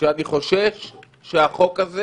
שאני חושש שהחוק הזה